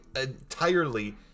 entirely